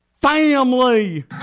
Family